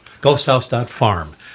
Ghosthouse.farm